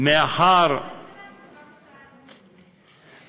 אבל מי יקבע מתי?